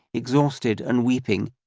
exhausted and weeping,